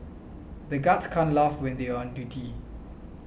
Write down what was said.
the guards can't laugh when they are on duty